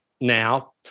now